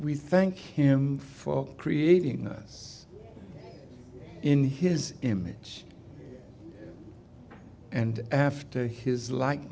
we thank him for creating us in his image and after his like